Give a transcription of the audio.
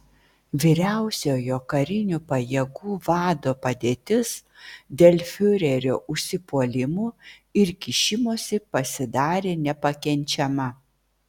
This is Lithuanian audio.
vyriausiojo karinių pajėgų vado padėtis dėl fiurerio užsipuolimų ir kišimosi pasidarė nepakenčiama